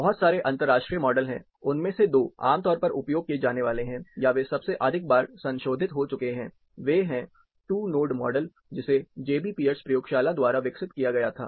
बहुत सारे अंतर्राष्ट्रीय मॉडल हैं उनमें से 2 आमतौर पर उपयोग किए जाने वाले है या वे सबसे अधिक बार संशोधित हो चुके हैं वे हैं टू नोड मॉडल जिसे जेबी पियर्स प्रयोगशाला द्वारा विकसित किया गया था